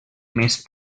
més